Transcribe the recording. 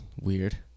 weird